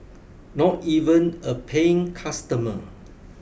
not even a paying customer